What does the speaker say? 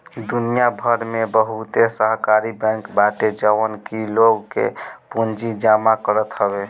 दुनिया भर में बहुते सहकारी बैंक बाटे जवन की लोग के पूंजी जमा करत हवे